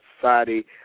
Society